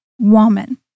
woman